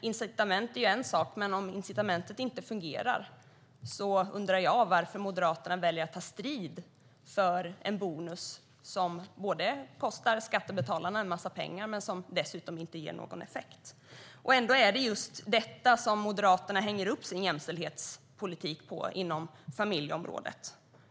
Incitament är en sak, men när incitamentet inte fungerar undrar jag varför Moderaterna väljer att ta strid för en bonus som både kostar skattebetalarna en massa pengar och dessutom inte ger någon effekt. Ändå är det just detta som Moderaterna hänger upp sin jämställdhetspolitik på inom familjeområdet.